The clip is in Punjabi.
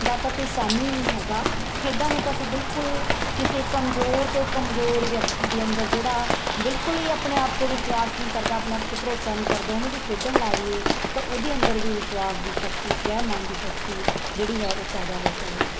ਦਾ ਤਾਂ ਕੋਈ ਸਾਨੀ ਹੀ ਨਹੀਂ ਹੈਗਾ ਖੇਡਾਂ ਨੂੰ ਤਾਂ ਅਸੀਂ ਬਿਲਕੁਲ ਕਿਸੇ ਕਮਜ਼ੋਰ ਤੋਂ ਕਮਜ਼ੋਰ ਵਿਅਕਤੀ ਦੇ ਅੰਦਰ ਜਿਹੜਾ ਬਿਲਕੁਲ ਹੀ ਆਪਣੇ ਆਪ 'ਤੇ ਵਿਸ਼ਵਾਸ ਨਹੀਂ ਕਰਦਾ ਆਪਣਾ ਆਪ 'ਤੇ ਭਰੋਸਾ ਨਹੀਂ ਕਰਦਾ ਉਹਨੂੰ ਵੀ ਖੇਡਣ ਲਾ ਦਈਏ ਤਾਂ ਉਹਦੇ ਅੰਦਰ ਵੀ ਵਿਸ਼ਵਾਸ ਦੀ ਸ਼ਕਤੀ ਸਵੈ ਮਾਨ ਦੀ ਸ਼ਕਤੀ ਜਿਹੜੀ ਹੈ ਉਹ ਪੈਦਾ ਹੋ ਜਾਵੇਗੀ